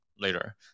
later